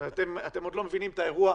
ואתם עדיין לא מבינים את האירוע,